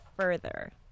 further